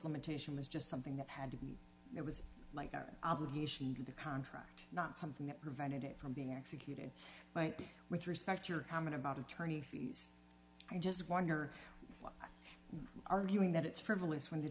limitation was just something that had to be it was like an obligation to the contract not something that prevented it from being executed might be with respect to your comment about attorney fees i just wonder arguing that it's frivolous when the